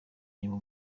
nyuma